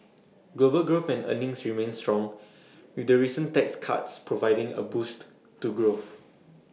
global growth and earnings remain strong with the recent tax cuts providing A boost to growth